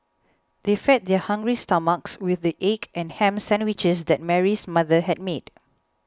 they fed their hungry stomachs with the egg and ham sandwiches that Mary's mother had made